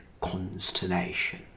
consternation